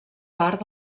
part